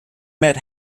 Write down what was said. met